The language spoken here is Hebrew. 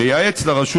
לייעץ לרשות